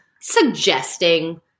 suggesting